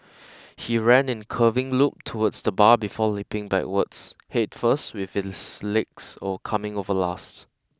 he ran in curving loop towards the bar before leaping backwards head first with his legs coming over last